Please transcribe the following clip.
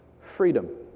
freedom